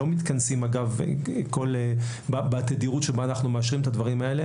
לא מתכנסים בתדירות בה אנחנו מאשרים את הדברים האלה